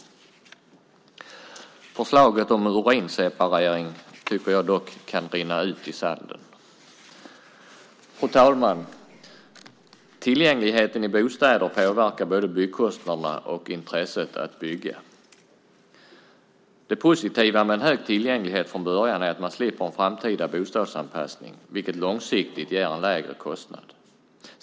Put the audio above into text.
Jag tycker dock att förslaget om urinseparering kan rinna ut i sanden. Fru talman! Tillgängligheten i bostäder påverkar både byggkostnaderna och intresset för att bygga. Det positiva med hög tillgänglighet från början är att man slipper en framtida bostadsanpassning, vilket långsiktigt ger en lägre kostnad.